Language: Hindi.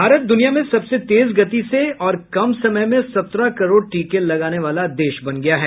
भारत दुनिया में सबसे तेज गति से और कम समय में सत्रह करोड़ टीके लगाने वाला देश बन गया है